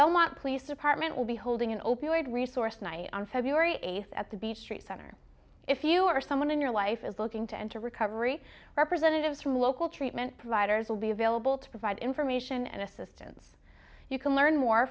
belmont police department will be holding an opioid resource night on feb eighth at the beach street center if you or someone in your life is looking to enter recovery representatives from local treatment providers will be available to provide information and assistance you can learn more